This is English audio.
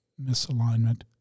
misalignment